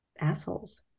assholes